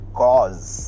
cause